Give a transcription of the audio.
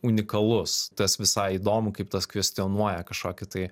unikalus tas visai įdomu kaip tas kvestionuoja kažkokį tai